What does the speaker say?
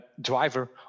driver